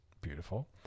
Beautiful